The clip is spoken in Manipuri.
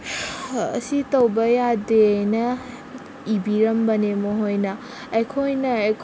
ꯑꯁꯤ ꯇꯧꯕ ꯌꯥꯗꯦꯅ ꯏꯕꯤꯔꯝꯕꯅꯦ ꯃꯈꯣꯏꯅ ꯑꯩꯈꯣꯏꯅ